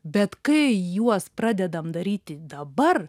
bet kai juos pradedam daryti dabar